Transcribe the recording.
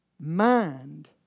mind